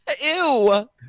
Ew